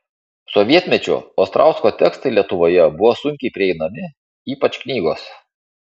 sovietmečiu ostrausko tekstai lietuvoje buvo sunkiai prieinami ypač knygos